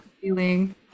feeling